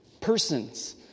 persons